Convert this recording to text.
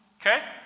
Okay